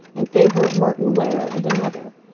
in favor of merton ware and another.